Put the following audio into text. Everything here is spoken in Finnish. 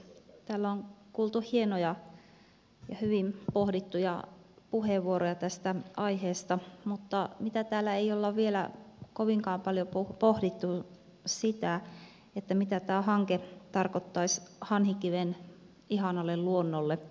täällä on kuultu hienoja ja hyvin pohdittuja puheenvuoroja tästä aiheesta mutta mitä täällä ei olla vielä kovinkaan paljon pohdittu on se mitä tämä hanke tarkoittaisi hanhikiven ihanalle luonnolle